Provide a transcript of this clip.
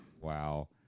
wow